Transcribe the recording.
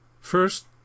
First